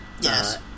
Yes